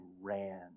ran